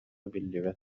биллибэт